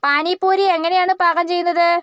പാനിപ്പൂരി എങ്ങനെയാണ് പാകം ചെയ്യുന്നത്